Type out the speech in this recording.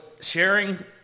sharing